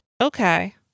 Okay